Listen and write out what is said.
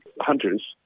hunters